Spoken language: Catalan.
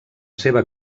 seva